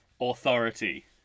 authority